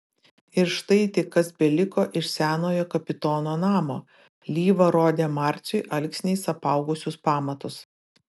ir štai tik kas beliko iš senojo kapitono namo lyva rodė marciui alksniais apaugusius pamatus